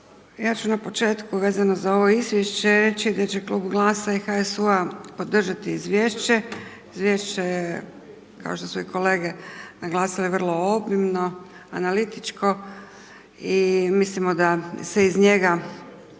ja ću na početku vezano za ovo izvješće reći da će Klub GLAS-a i HSU-a podržati izvješće, izvješće je kao što su i kolege naglasile vrlo obimno, analitičko i mislimo da se iz njega